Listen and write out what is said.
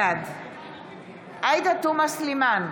בעד עאידה תומא סלימאן,